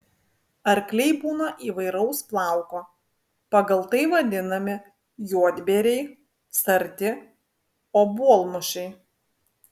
arkliai būna įvairaus plauko pagal tai vadinami juodbėriai sarti obuolmušiai